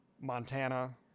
Montana